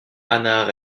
hannah